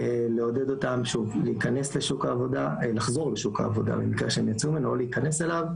לעודד אותן לחזור לשוק העבודה במקרה שהן יצאו ממנו או להיכנס אליו,